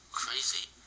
crazy